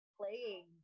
playing